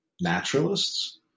naturalists